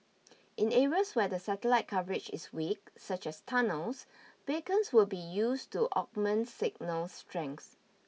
in areas where the satellite coverage is weak such as tunnels beacons will be used to augment signal strength